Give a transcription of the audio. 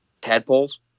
tadpoles